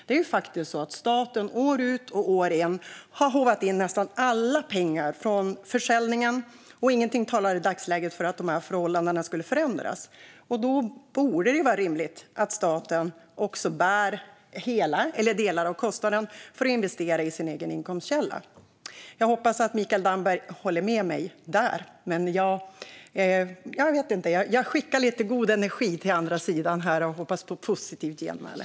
Staten har faktiskt år ut och år in håvat in nästan alla pengar från försäljningen, och ingenting talar i dagsläget för att de förhållandena skulle förändras. Då borde det vara rimligt att staten också bär hela eller delar av kostnaden för att investera i sin egen inkomstkälla. Jag hoppas att Mikael Damberg håller med mig där, men jag vet inte. Jag skickar över lite god energi och hoppas på ett positivt genmäle.